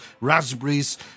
raspberries